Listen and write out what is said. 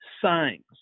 signs